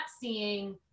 seeing